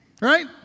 Right